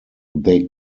they